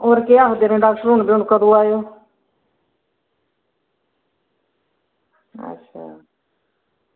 एह् केह् आक्खदे हून कदूं आना ई